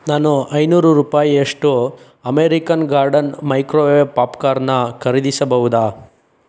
ನಾನು ಐನೂರು ರೂಪಾಯಿಯಷ್ಟು ಅಮೇರಿಕನ್ ಗಾರ್ಡನ್ ಮೈಕ್ರೋವೇವ್ ಪಾಪ್ಕಾರ್ನ ಖರೀದಿಸಬಹುದಾ